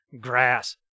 Grass